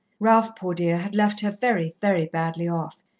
ralph, poor dear, had left her very, very badly off,